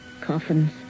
coffins